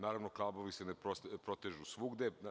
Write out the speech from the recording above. Naravno, kablovi se ne protežu svugde.